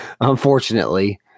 unfortunately